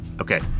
Okay